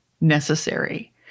necessary